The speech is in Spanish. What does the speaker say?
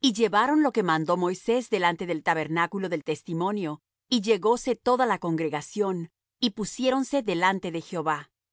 y llevaron lo que mandó moisés delante del tabernáculo del testimonio y llegóse toda la congregación y pusiéronse delante de jehová